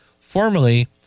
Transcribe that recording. formerly